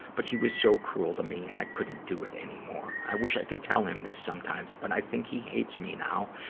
but he was so cruel to me and i couldn't do it anymore. i wish i could tell him this sometimes, but i think he hates me now.